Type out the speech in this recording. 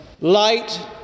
Light